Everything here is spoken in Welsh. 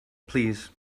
plîs